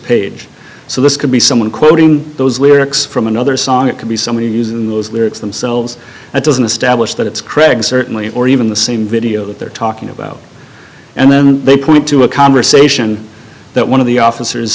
page so this could be someone quoting those lyrics from another song it could be somebody used in those lyrics themselves it doesn't establish that it's craig certainly or even the same video that they're talking about and then they point to a conversation that one of the officers